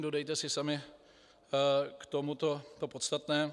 Dodejte si sami k tomuto to podstatné.